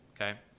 okay